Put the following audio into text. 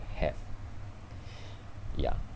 have ya